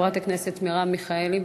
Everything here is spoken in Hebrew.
חברת הכנסת מרב מיכאלי.